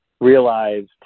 realized